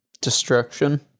destruction